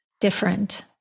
different